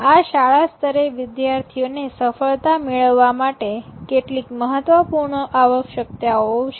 આ શાળા સ્તરે વિદ્યાર્થીઓને સફળતા મેળવવા માટે કેટલીક મહત્વપૂર્ણ આવશ્યકતાઓ છે